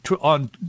on